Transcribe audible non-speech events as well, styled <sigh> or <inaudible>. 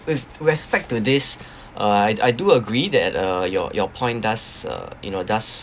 with respect to this <breath> uh I I do agree that uh your your point does uh you know does